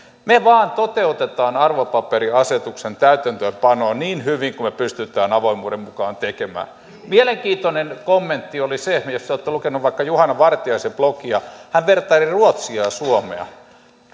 me vain toteutamme arvopaperiasetuksen täytäntöönpanoa niin hyvin kuin me pystymme avoimuuden mukaan tekemään mielenkiintoinen kommentti oli jos te olette lukeneet juhana vartiaisen blogia kun hän vertaili ruotsia ja suomea